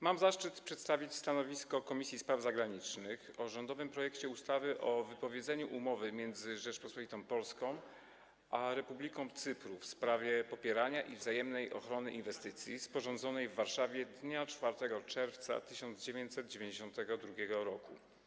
Mam zaszczyt przedstawić stanowisko Komisji Spraw Zagranicznych o rządowym projekcie ustawy o wypowiedzeniu umowy między Rzecząpospolitą Polską a Republiką Cypru w sprawie popierania i wzajemnej ochrony inwestycji, sporządzonej w Warszawie dnia 4 czerwca 1992 r.